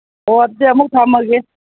ꯍꯣ ꯑꯗꯨꯗꯤ ꯑꯃꯨꯛ ꯊꯝꯃꯒꯦ